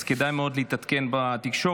אז כדאי מאוד להתעדכן בתקשורת,